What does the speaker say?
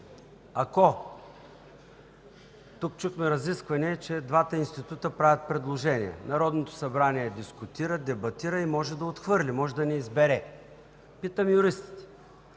Тук чухме разисквания, че двата института правят предложения. Народното събрание дискутира и може да отхвърли, може да не избере. Питам юристите: